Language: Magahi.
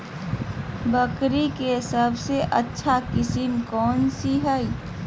बकरी के सबसे अच्छा किस्म कौन सी है?